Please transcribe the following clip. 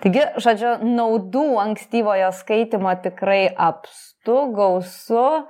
taigi žodžiu naudų ankstyvojo skaitymo tikrai apstu gausu